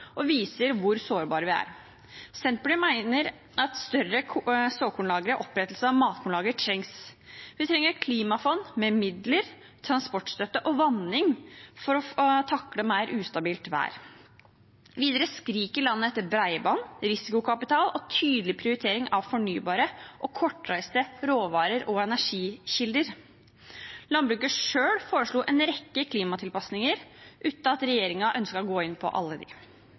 og viser hvor sårbare vi er. Senterpartiet mener at større såkornlager og opprettelse av matkornlager trengs. Vi trenger klimafond med midler, transportstøtte og vanning for å takle mer ustabilt vær. Videre skriker landet etter bredbånd, risikokapital og tydelig prioritering av fornybare og kortreiste råvarer og energikilder. Landbruket selv foreslo en rekke klimatilpasninger, uten at regjeringen ønsket å gå inn på alle